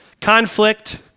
conflict